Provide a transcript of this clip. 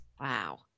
wow